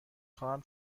خواهم